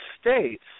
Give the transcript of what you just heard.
states